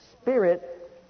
Spirit